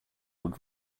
would